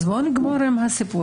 אז בואו נגמור את הסיפור,